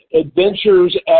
adventures